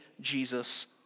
Jesus